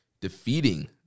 defeating